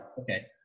Okay